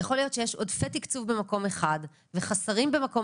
יכול להיות שיש עודפי תקצוב במקום אחד וחסרים במקום